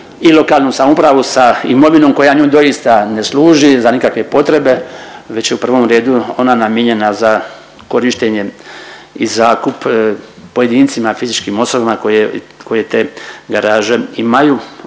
i lokalnu samoupravu sa imovinom koja nju doista ne služi za nikakve potrebe već je u prvom redu ona namijenjena za korištenje i zakup pojedincima fizičkim osobama koje te garaže imaju,